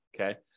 Okay